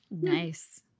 Nice